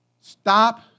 Stop